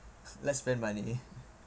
let's spend money